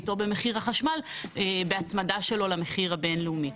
ואיתו במחיר החשמל בהצמדה שלו למחיר הבין-לאומי.